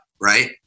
right